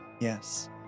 Yes